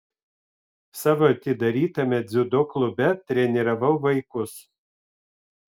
savo atidarytame dziudo klube treniravau vaikus